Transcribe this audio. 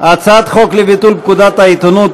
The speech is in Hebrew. הצעת חוק לביטול פקודת העיתונות,